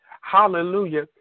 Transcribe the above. hallelujah